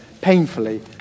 painfully